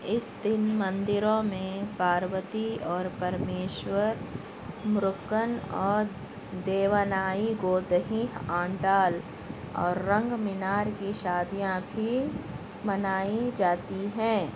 اس دن مندروں میں پاروتی اور پرمیشور مروگن اور دیوانائی گودہی آندال اور رنگ منار کی شادیاں بھی منائی جاتی ہیں